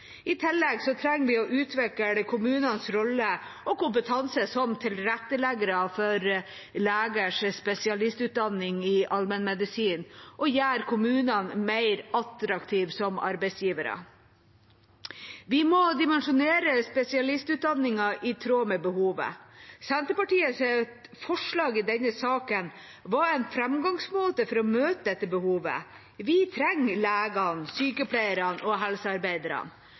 I tillegg trenger vi å utvikle kommunenes rolle og kompetanse som tilretteleggere for legers spesialistutdanning i allmennmedisin og gjøre kommunene mer attraktive som arbeidsgivere. Vi må dimensjonere spesialistutdanningen i tråd med behovet. Senterpartiets forslag i denne saken var en fremgangsmåte for å møte dette behovet. Vi trenger legene, sykepleierne og helsearbeiderne.